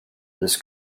this